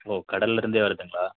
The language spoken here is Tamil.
ஓ கடலில் இருந்தே வருதுங்களா